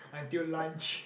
until lunch